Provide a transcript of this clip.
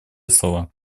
слова